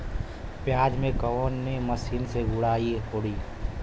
प्याज में कवने मशीन से गुड़ाई होई?